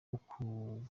ukugambanira